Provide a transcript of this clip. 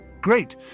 Great